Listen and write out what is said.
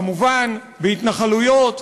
כמובן בהתנחלויות,